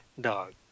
dog